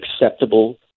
acceptable